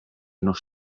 nos